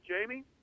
Jamie